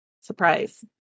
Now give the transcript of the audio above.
Surprise